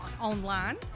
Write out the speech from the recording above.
online